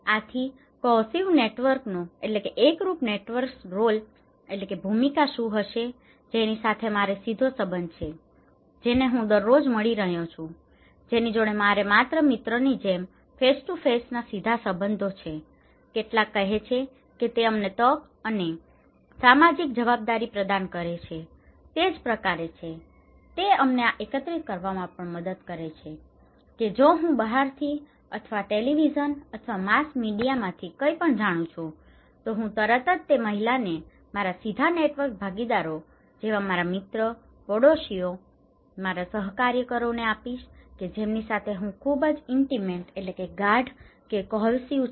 આથી કોહેસિવ નેટવર્કનો cohesive network એકરુપ નેટવર્ક્સ રોલ role ભૂમિકા શું હશે જેની સાથે મારો સીધો સંબંધ છે જેને હું દરરોજ મળી રહ્યો છું જેની જોડે મારે મિત્રોની જેમ ફેસ ટુ ફેસના face to face સીધા સબંધો છે કેટલાક કહે છે કે તે અમને તક અને સામાજિક જવાબદારી પ્રદાન કરે છે તે જ પ્રકારે છે તે તમને આ એકત્રિત કરવામાં પણ મદદ કરે છે કે જો હું બહારથી અથવા ટેલિવિઝન અથવા માસ મીડિયામાંથી કાંઈપણ જાણું છું તો હું તરત જ તે માહિતીને મારા સીધા નેટવર્ક ભાગીદારો જેવા મારા મિત્રો મારા પાડોશીઓ મારા સહકાર્યકરોને આપીશ કે જેમની સાથે હું ખૂબ ઇન્ટિમેટ intimate ગાઢ કે કોહેસિવ cohesive સુસંગત છે